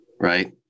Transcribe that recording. right